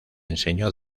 enseñó